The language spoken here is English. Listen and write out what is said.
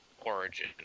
origin